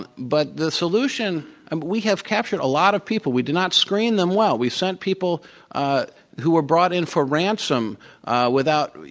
and but the solution and we have captured a lot of people. we do not screen them well. we sent people who were brought in for ransom without,